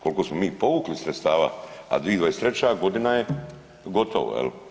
Koliko smo mi povukli sredstava, a 2023. godina je gotova.